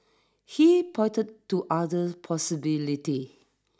he pointed to other possibility